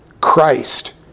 Christ